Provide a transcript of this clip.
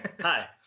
hi